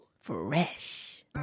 Fresh